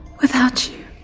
without you,